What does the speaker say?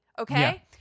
Okay